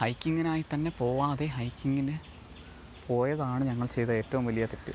ഹൈക്കിംഗിനായി തന്നെ പോകാതെ ഹൈക്കിംഗിന് പോയതാണ് ഞങ്ങൾ ചെയ്ത ഏറ്റവും വലിയ തെറ്റ്